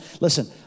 Listen